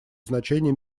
значение